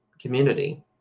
community